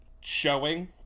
showing